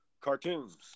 cartoons